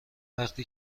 وقتی